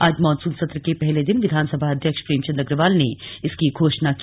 आज मॉनूसन सत्र के पहले दिन विधानसभा अध्यक्ष प्रेमचंद अग्रवाल ने इसकी घोषणा की